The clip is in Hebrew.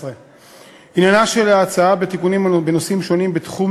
התשע"ד 2014. עניינה של ההצעה בתיקונים בנושאים שונים בתחום